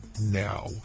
Now